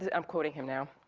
ah i'm quoting him now,